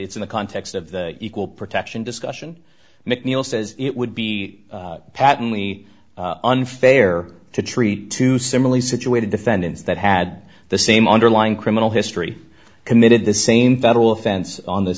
it's in the context of the equal protection discussion mcneil says it would be patently unfair to treat two similarly situated defendants that had the same underlying criminal history committed the same federal offense on the